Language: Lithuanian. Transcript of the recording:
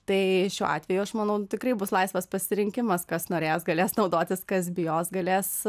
tai šiuo atveju aš manau tikrai bus laisvas pasirinkimas kas norės galės naudotis kas bijos galės